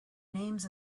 names